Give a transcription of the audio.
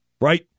right